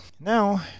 now